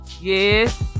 Yes